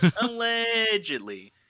Allegedly